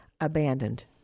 abandoned